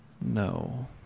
No